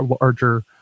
larger